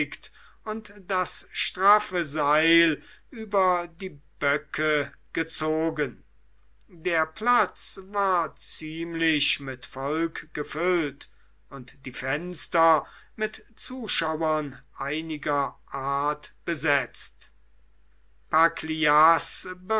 und das straffe seil über die böcke gezogen der platz war ziemlich mit volk gefüllt und die fenster mit zuschauern einiger art besetzt